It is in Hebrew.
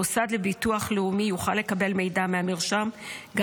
המוסד לביטוח לאומי יוכל לקבל מידע מהמרשם גם